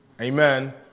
Amen